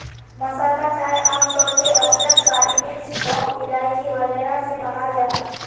मसाला चाय आम तौर पे अदरक, काली मिर्च, लौंग, इलाइची वगैरह से बनाल जाहा